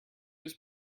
was